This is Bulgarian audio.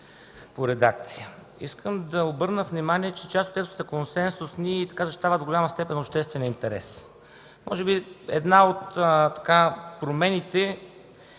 по редакция. Искам да обърна внимание, че част от текстовете са консенсусни и защитават до голяма степен обществения интерес. Може би една от промените,